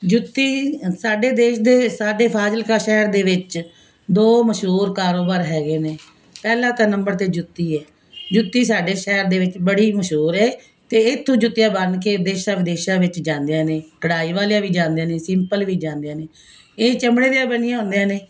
ਜੁੱਤੀ ਸਾਡੇ ਦੇਸ਼ ਦੇ ਸਾਡੇ ਫਾਜ਼ਿਲਕਾ ਸ਼ਹਿਰ ਦੇ ਵਿੱਚ ਦੋ ਮਸ਼ੂਹੂਰ ਕਾਰੋਬਾਰ ਹੈਗੇ ਨੇ ਪਹਿਲਾਂ ਤਾਂ ਨੰਬਰ 'ਤੇ ਜੁੱਤੀ ਹੈ ਜੁੱਤੀ ਸਾਡੇ ਸ਼ਹਿਰ ਦੇ ਵਿੱਚ ਬੜੀ ਮਸ਼ਹੂਰ ਹੈ ਅਤੇ ਇੱਥੋਂ ਜੁੱਤੀਆਂ ਬਣ ਕੇ ਦੇਸ਼ਾਂ ਵਿਦੇਸ਼ਾਂ ਵਿੱਚ ਜਾਂਦੀਆਂ ਨੇ ਕਢਾਈ ਵਾਲੀਆਂ ਵੀ ਜਾਂਦੀਆਂ ਨੇ ਸਿੰਪਲ ਵੀ ਜਾਂਦੀਆਂ ਨੇ ਇਹ ਚਮੜੇ ਦੀਆਂ ਬਣੀਆਂ ਹੁੰਦੀਆਂ ਨੇ